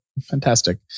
Fantastic